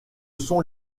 sont